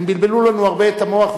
הם בלבלו לנו הרבה את המוח,